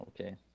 Okay